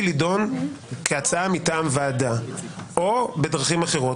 להידון כהצעה מטעם ועדה או בדרכים אחרות.